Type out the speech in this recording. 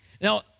Now